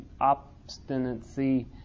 obstinacy